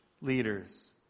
leaders